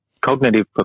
cognitive